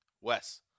Wes